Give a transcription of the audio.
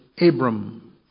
Abram